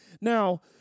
Now